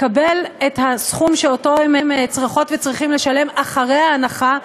לקבל את הסכום שאותו הם צריכות וצריכים לשלם אחרי ההנחה,